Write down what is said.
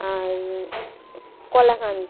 আর kalakand